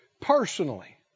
personally